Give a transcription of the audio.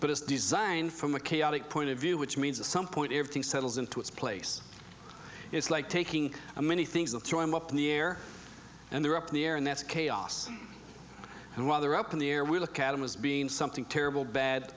but it's designed from a chaotic point of view which means at some point everything settles into its place it's like taking a many things and throw em up in the air and they're up the air and that's chaos and while they're up in the air with academies being something terrible bad